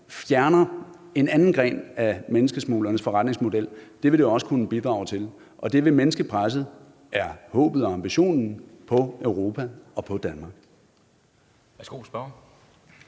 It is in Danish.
fjerner en anden gren af menneskesmuglernes forretningsmodel, jo også kunne bidrage til. Og det vil mindske presset, er håbet og ambitionen, på Europa og på Danmark.